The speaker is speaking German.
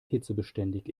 hitzebeständig